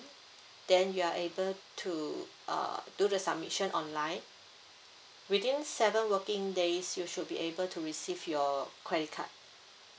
then you are able to err do the submission online within seven working days you should be able to receive your credit card